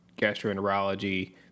gastroenterology